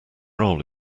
roll